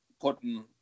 putting